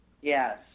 Yes